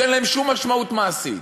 שאין להם שום משמעות מעשית.